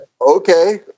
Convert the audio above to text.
Okay